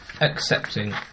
accepting